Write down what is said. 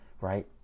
right